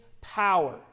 power